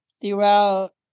throughout